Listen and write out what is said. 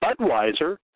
Budweiser